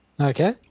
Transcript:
Okay